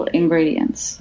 ingredients